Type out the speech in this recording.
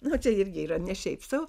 na čia irgi yra ne šiaip sau